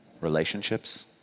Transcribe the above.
Relationships